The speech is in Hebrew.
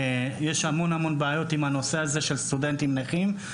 יש המון בעיות עם הנושא הזה של סטודנטים נכים.